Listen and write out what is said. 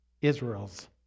Israel's